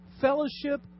fellowship